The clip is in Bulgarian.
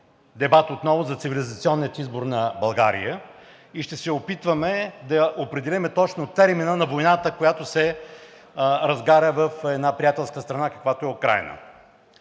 дебат отново за цивилизационния избор на България и ще се опитваме да определим точно термина на войната, която се разгаря в една приятелска страна, каквато е Украйна.